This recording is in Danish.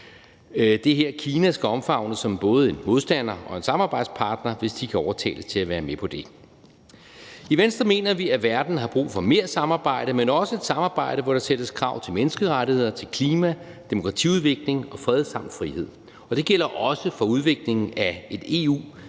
Det er her, Kina skal omfavnes som både en modstander og en samarbejdspartner, hvis de kan overtales til at være med på det. I Venstre mener vi, at verden har brug for mere samarbejde, men også et samarbejde, hvor der stilles krav om menneskerettigheder, om klima, demokratiudvikling og fred samt frihed. Og det gælder også for udviklingen af et EU